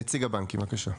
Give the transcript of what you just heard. נציג הבנקים, בבקשה.